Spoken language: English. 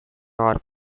norway